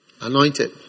Anointed